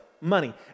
money